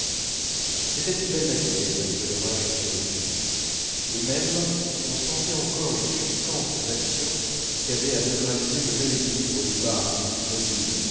c'était une belle matinée malgré l'orage qu'il avait fait et même on sentait encore les puissantes actions qu'avait à neutraliser le bel équilibre des barques immobiles